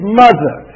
mother